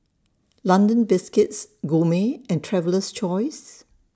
London Biscuits Gourmet and Traveler's Choice